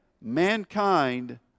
mankind